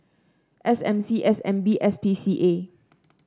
S M C S N B S P C A